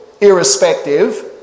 irrespective